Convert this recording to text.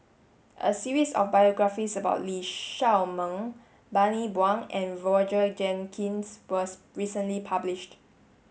a series of biographies about Lee Shao Meng Bani Buang and Roger Jenkins was recently published